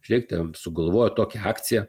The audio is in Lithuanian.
žiūrėkit ten sugalvojo tokią akciją